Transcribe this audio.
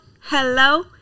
Hello